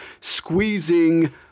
squeezing